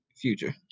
future